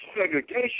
segregation